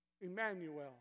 Emmanuel